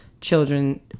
Children